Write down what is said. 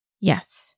Yes